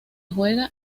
juega